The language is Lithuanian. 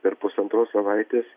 per pusantros savaitės